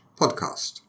podcast